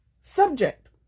subject